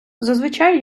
зазвичай